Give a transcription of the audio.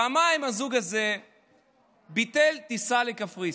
פעמיים הזוג הזה ביטל טיסה לקפריסין.